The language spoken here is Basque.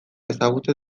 ezagutzen